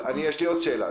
יש לי עוד שאלה.